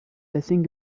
lessing